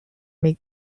make